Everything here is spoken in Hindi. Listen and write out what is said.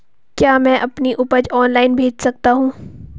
क्या मैं अपनी उपज ऑनलाइन बेच सकता हूँ?